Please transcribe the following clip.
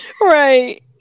Right